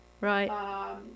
Right